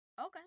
Okay